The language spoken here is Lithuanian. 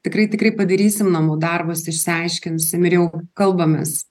tikrai tikrai padarysim namų darbus išsiaiškinsim ir jau kalbamės